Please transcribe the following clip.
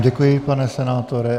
Děkuji vám, pane senátore.